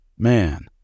Man